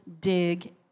dig